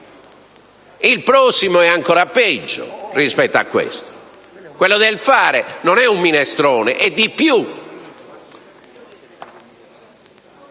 provvedimento è ancora peggio rispetto a questo: Quello «del fare» non è un minestrone, è di più.